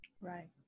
Right